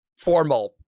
formal